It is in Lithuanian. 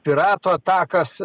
piratų atakas